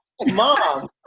mom